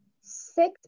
six